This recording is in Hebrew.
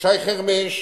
שי חרמש,